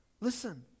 listen